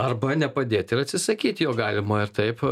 arba nepadėt ir atsisakyt jo galima ir taip